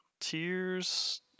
tears